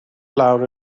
lawr